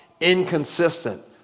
inconsistent